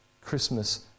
Christmas